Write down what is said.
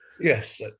Yes